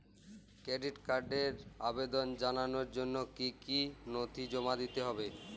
Credit কার্ডের আবেদন জানানোর জন্য কী কী নথি জমা দিতে হবে?